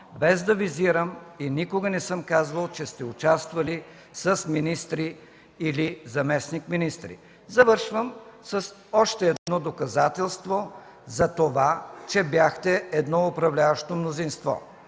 без да визирам и никога не съм казвал, че сте участвали с министри или заместник-министри. Завършвам с още едно доказателство за това, че бяхте едно управляващо мнозинство.